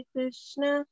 Krishna